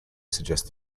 suggest